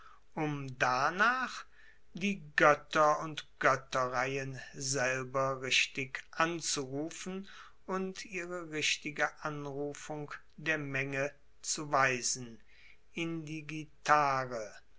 um darnach die goetter und goetterreihen selber richtig anzurufen und ihre richtige anrufung der menge zu weisen indigitare in